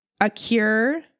Acure